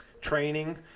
training